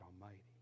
Almighty